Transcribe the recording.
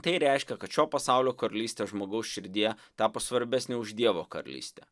tai reiškia kad šio pasaulio karalystė žmogaus širdyje tapo svarbesnė už dievo karalystę